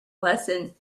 lesson